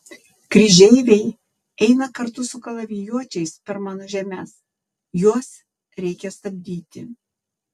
kryžeiviai eina kartu su kalavijuočiais per mano žemes juos reikia stabdyti